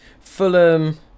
Fulham